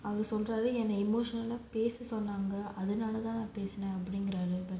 என்ன:enna emotional ah பேச சொன்னாங்க அதுனால தான் நான் பேசுனாங்குறாரு:pesa sonaanga athunaala thaan naan pesunaanguraaru